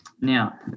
Now